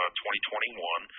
2021